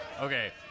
Okay